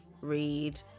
read